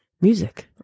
music